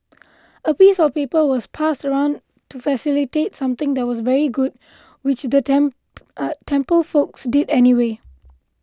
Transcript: a piece of paper was passed around to facilitate something that was very good which the temp temple folks did anyway